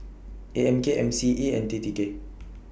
A M K M C E and T T K